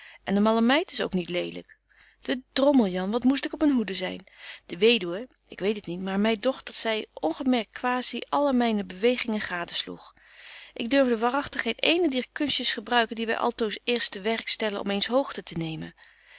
en de malle meid is ook niet lelyk de drommel jan wat moest ik op myn hoede zyn de weduwe ik weet het niet maar my dogt dat zy ongemerkt kwasie alle myne bewegingen gadesloeg ik durfde waaragtig geen eene dier kunstjes gebruiken die wy altoos eerst te werk stellen om eens hoogte te nemen